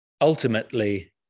Ultimately